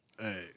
Hey